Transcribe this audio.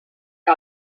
que